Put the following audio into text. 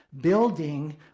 building